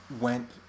went